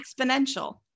exponential